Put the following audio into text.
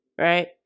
right